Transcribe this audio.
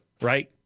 right